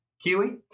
keely